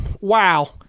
wow